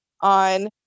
on